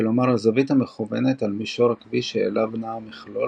כלומר הזווית המכוונת על מישור הכביש שעליו נע המכלול